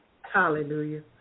Hallelujah